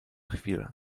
chwilę